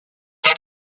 les